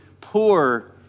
poor